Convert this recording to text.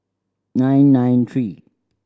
nine nine three